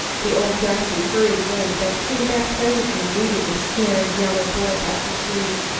the old darky hurried away, but came back presently leading a scared yellow boy by the sleeve.